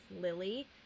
Lily